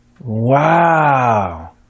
wow